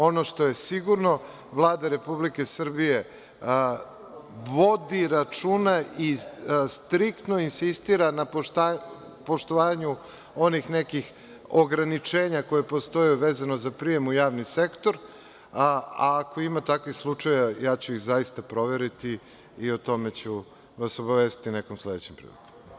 Ono što je sigurno, Vlada Republike Srbije vodi računa i striktno insistira na poštovanju onih nekih ograničenja koja postoje vezano za prijem u javni sektor, a ako ima takvih slučajeva, ja ću ih zaista proveriti i o tome ću vas obavestiti nekom sledećom prilikom.